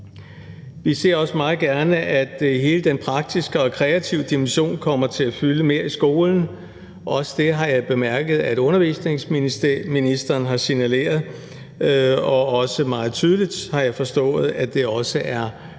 Vi ser også meget gerne, at hele den praktiske og kreative dimension kommer til at fylde mere i skolen. Også det har jeg bemærket at undervisningsministeren har signaleret, og jeg har forstået, også